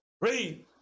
Read